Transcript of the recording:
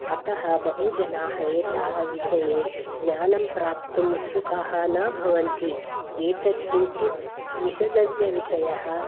अतः बहु जनाः एताः विषये ज्ञानं प्राप्तुम् उत्सुकाः न भवन्ति एतत् किञ्चित् विषादस्य विषयः